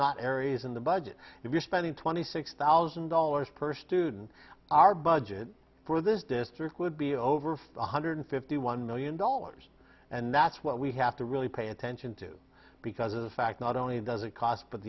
not areas in the budget if you're spending twenty six thousand dollars per student our budget for this district would be over five hundred fifty one million dollars and that's what we have to really pay attention to because of the fact not only does it cost but